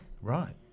Right